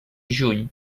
juny